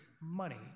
money